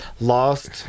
lost